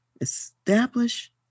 establish